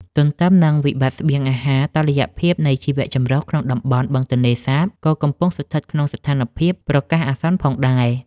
ទន្ទឹមនឹងវិបត្តិស្បៀងអាហារ តុល្យភាពនៃជីវៈចម្រុះក្នុងតំបន់បឹងទន្លេសាបក៏កំពុងស្ថិតក្នុងស្ថានភាពប្រកាសអាសន្នផងដែរ។